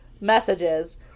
messages